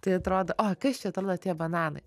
tai atrodo o kas čia tavo tie bananai